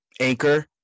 Anchor